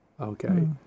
okay